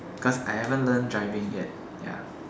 cause I haven't learnt driving yet ya